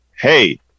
Hey